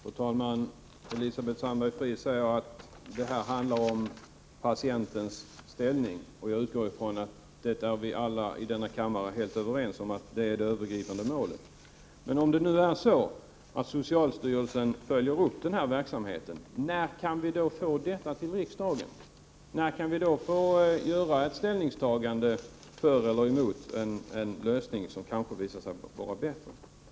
Fru talman! Yvonne Sandberg-Fries säger att det handlar om patienternas ställning. Jag utgår från att vi alla i denna kammare är helt överens om att detta är det övergripande målet. När kan vi — om nu socialstyrelsen följer upp verksamheten — få en redovisning, så att vi kan göra ett ställningstagande för eller mot en annan lösning? En annan lösning kan ju visa sig vara bättre.